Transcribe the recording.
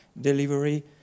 delivery